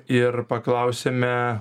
ir paklausėme